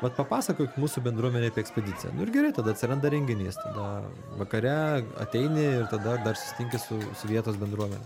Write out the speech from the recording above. vat papasakokit mūsų bendruomenei apie ekspediciją nu ir gerai tada atsiranda renginys tada vakare ateini ir tada dar susitinki su su vietos bendruomene